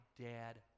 dad